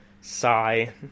Sigh